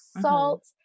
salt